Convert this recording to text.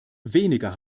weniger